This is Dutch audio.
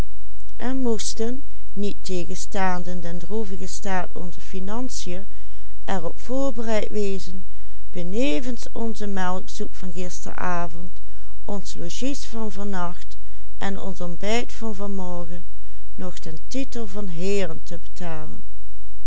er op voorbereid wezen benevens onze melksoep van gisteravond ons logies van vannacht en ons ontbijt van vanmorgen nog den titel van heeren te betalen